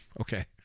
okay